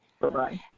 Bye-bye